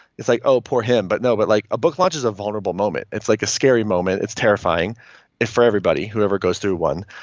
it's like oh, poor him. but no, but like a book launch is a vulnerable moment. it's like a scary moment it's terrifying for everybody, whoever goes through one.